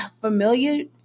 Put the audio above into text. familiar